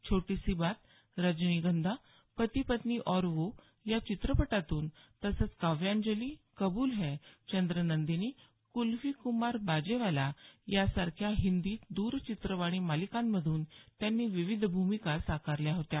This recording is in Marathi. छोटी सी बात रजनीगंधा पती पत्नी और वो या चित्रपटातून तसंच काव्यांजली कबूल है चंद्र नंदिनी कुल्फी कुमार बाजेवाला यांसारख्या हिंदी दरचित्रवाणी मालिकांमधून त्यांनी विविध भूमिका साकारल्या होत्या